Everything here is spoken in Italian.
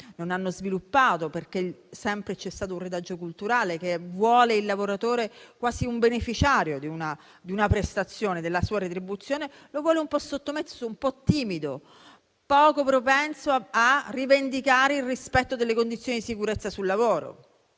non hanno sviluppato, a causa sempre di un retaggio culturale che vuole il lavoratore quasi un beneficiario di una prestazione e della sua retribuzione, lo vuole un po' sottomesso, un po' timido, poco propenso a rivendicare il rispetto delle condizioni di sicurezza sul lavoro.